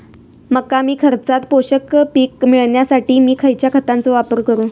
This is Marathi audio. मका कमी खर्चात पोषक पीक मिळण्यासाठी मी खैयच्या खतांचो वापर करू?